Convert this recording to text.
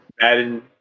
madden